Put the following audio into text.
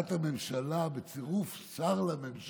הודעת הממשלה על צירוף שר לממשלה